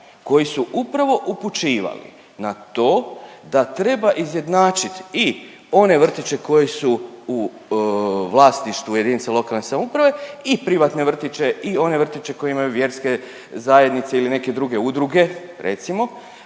koji su upravo upućivali na to da treba izjednačit i one vrtiće koji su u vlasništvu jedinice lokalne samouprave i privatne vrtiće i one vrtiće koji imaju vjerske zajednice ili neke druge udruge recimo,